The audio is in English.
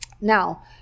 now